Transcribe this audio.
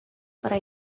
para